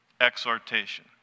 exhortation